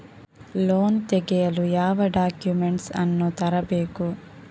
Loan ತೆಗೆಯಲು ಯಾವ documents ಅನ್ನು ತರಬೇಕು?